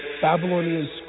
Babylonian